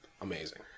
amazing